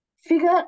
Figure